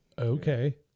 okay